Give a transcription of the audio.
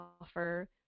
offer